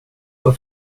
vad